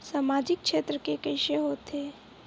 सामजिक क्षेत्र के कइसे होथे?